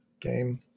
game